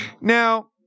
Now